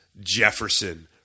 jefferson